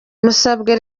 musabwe